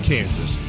Kansas